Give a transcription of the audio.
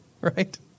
Right